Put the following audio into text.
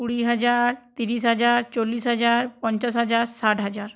কুড়ি হাজার তিরিশ হাজার চল্লিশ হাজার পঞ্চাশ হাজার ষাট হাজার